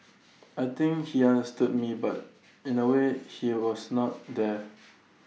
I think he understood me but in A way he was not there